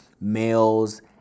males